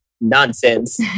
nonsense